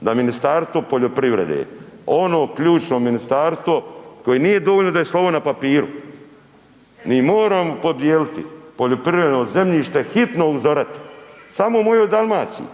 da Ministarstvo poljoprivrede ono ključno ministarstvo koje nije dovoljno da je slovo na papiru, mi moramo podijeliti poljoprivredno zemljište hitno uzorati, samo u mojoj Dalmaciji